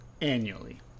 annually